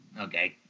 Okay